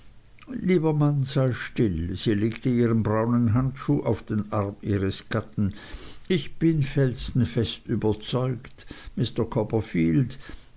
lieber mann sei still sie legte ihren braunen handschuh auf den arm ihres gatten ich bin felsenfest überzeugt mr copperfield